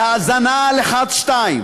להאזנה לחץ 2,